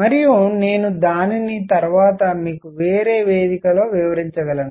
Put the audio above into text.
మరియు నేను దానిని తరువాత మీకు వేరే వేదికలో వివరించగలను